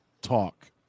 talk